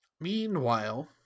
Meanwhile